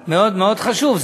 מאוד מאוד חשוב.